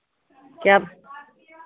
क्या